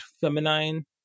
feminine